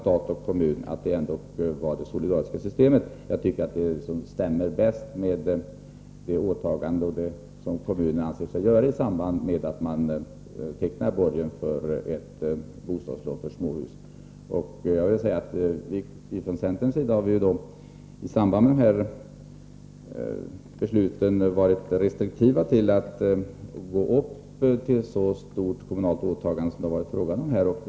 Jag tycker att det solidariska systemet stämmer bäst med det åtagande som kommunerna anser sig göra när de tecknar borgen för ett bostadslån för småhus. Från centerns sida har vi i samband med de här aktuella besluten varit restriktiva när det har gällt att gå upp till ett så stort kommunalt åtagande som det har varit fråga om.